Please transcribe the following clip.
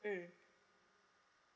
mm